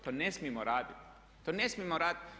To ne smijemo raditi, to ne smijemo raditi.